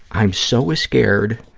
i'm so scared,